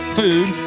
food